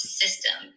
system